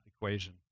equation